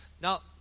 now